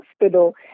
hospital